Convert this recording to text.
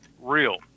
real